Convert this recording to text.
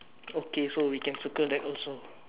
okay so we can circle that also